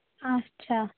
اَچھا